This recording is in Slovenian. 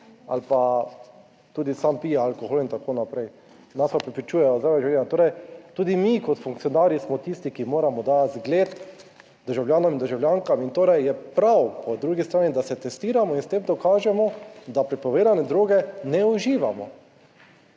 ali pa tudi sam pije alkohol in tako naprej, nas pa prepričujejo zdravo življenje. Torej tudi mi kot funkcionarji smo tisti, ki moramo dajati zgled državljanom in državljankam in torej je prav po drugi strani, da se testiramo in s tem dokažemo, da prepovedane droge ne uživamo.